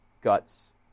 Guts